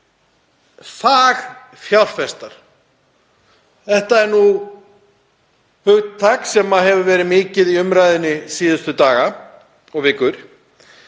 bili. Fagfjárfestar, þetta er hugtak sem hefur verið mikið í umræðunni síðustu daga og vikur.